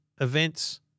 events